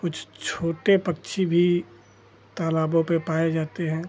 कुछ छोटे पक्षी भी तालाबों पर पाए जाते हैं